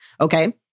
Okay